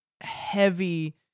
heavy